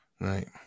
Right